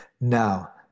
Now